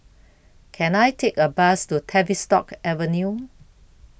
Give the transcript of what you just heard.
Can I Take A Bus to Tavistock Avenue